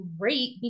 great